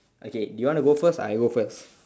okay do you want to go first or I go first